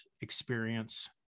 experience